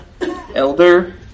elder